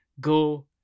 go